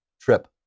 trip